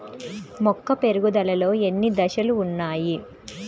మొక్క పెరుగుదలలో ఎన్ని దశలు వున్నాయి?